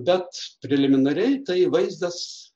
bet preliminariai tai vaizdas